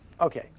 Okay